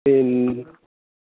പിന്നെ